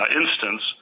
instance